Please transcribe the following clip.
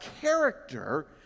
character